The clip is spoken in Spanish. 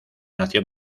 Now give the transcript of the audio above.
nació